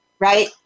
Right